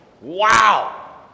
Wow